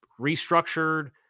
restructured